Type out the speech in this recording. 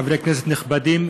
חברי כנסת נכבדים,